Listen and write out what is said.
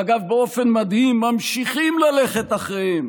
ואגב, באופן מדהים ממשיכים ללכת אחריהם